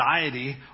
anxiety